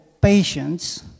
patience